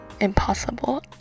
impossible